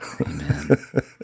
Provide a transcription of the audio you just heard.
Amen